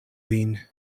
vin